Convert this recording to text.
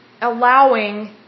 allowing